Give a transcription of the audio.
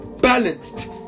balanced